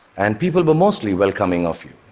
and people were mostly welcoming of you.